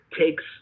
takes